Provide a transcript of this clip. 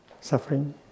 suffering